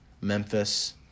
Memphis